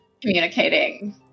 communicating